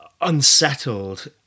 unsettled